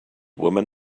woman